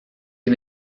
bin